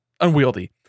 unwieldy